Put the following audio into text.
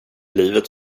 livet